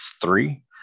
three